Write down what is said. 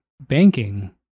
banking